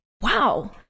wow